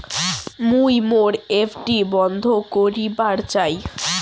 মুই মোর এফ.ডি বন্ধ করিবার চাই